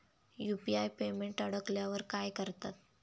UPI payment अडकल्यावर काय करतात?